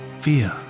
fear